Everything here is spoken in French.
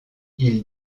ils